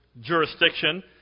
jurisdiction